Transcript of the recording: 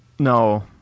No